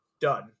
done